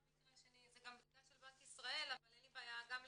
זה גם בדיקה של בנק ישראל אבל אין לי בעיה גם לבדוק,